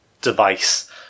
device